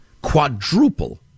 quadruple